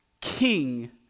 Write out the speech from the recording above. king